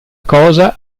cosa